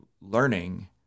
learning